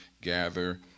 gather